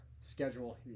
schedule